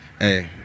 Hey